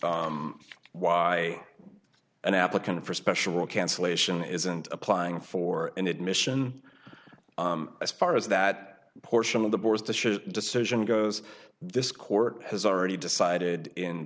why an applicant for special cancellation isn't applying for an admission as far as that portion of the bores the shit decision goes this court has already decided in